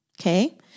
Okay